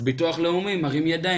אז ביטוח לאומי מרים ידיים,